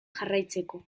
jarraitzeko